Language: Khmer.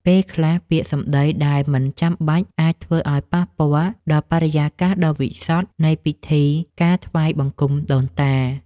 ពេលខ្លះពាក្យសម្ដីដែលមិនចាំបាច់អាចធ្វើឱ្យប៉ះពាល់ដល់បរិយាកាសដ៏វិសុទ្ធនៃពិធីការថ្វាយបង្គំដូនតា។